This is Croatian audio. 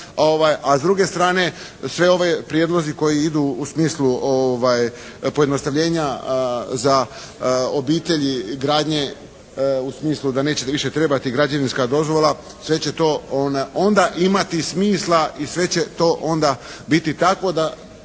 A s druge strane svi ovi prijedlozi koji idu u smislu pojednostavljenja za obitelji, gradnje u smislu da nećete više trebati građevinska dozvola. Sve će to onda imati smisla i sve će to onda biti takvo da